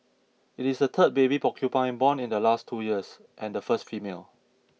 it is the third baby porcupine born in the last two years and the first female